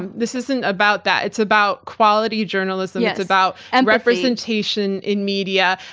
and this isn't about that. it's about quality journalism it's about and representation in media,